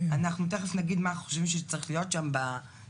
אנחנו תכף נגיד מה אנחנו חושבים שצריך להיות שם בתמיכה.